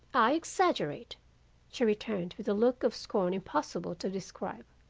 i exaggerate she returned with a look of scorn impossible to describe.